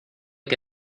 que